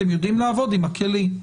אתם יודעים לעבוד עם הכלי.